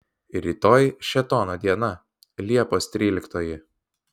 rytoj šėtono diena liepos tryliktoji